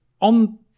on